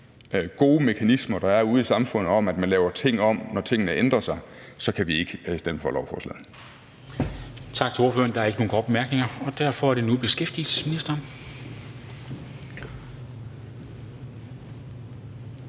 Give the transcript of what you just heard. gode mekanismer, der er ude i samfundet, om, at man laver ting om, når tingene ændrer sig, så kan vi ikke stemme for lovforslaget.